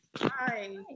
hi